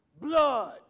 Blood